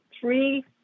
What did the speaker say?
three